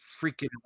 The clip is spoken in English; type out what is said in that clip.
freaking